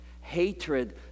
hatred